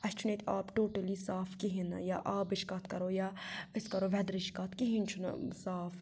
اَسہِ چھُنہٕ ییٚتہِ آب ٹوٹلی صاف کہیٖنٛۍ نہٕ یا آبٕچ کتھ کَرو یا أسۍ کَرو ویدرٕچ کَتھ کِہیٖنٛۍ چھُنہٕ صاف